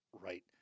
right